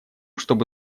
чтобы